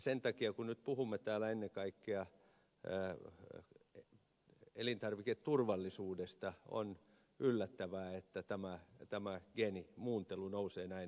sen takia kun nyt puhumme täällä ennen kaikkea elintarviketurvallisuudesta on yllättävää että geenimuuntelu nousee näin vahvaan osaan